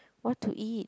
what to eat